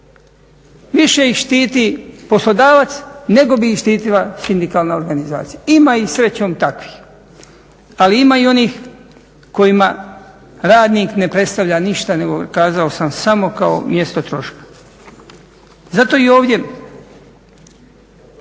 Više ih štiti poslodavac nego bi ih štitila sindikalna organizacija, ima ih srećom takvih ali ima i onih kojima radnik ne predstavlja ništa nego kazao sam samo kao mjesto troška. Zato i ovdje